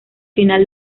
final